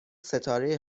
ستاره